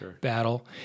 battle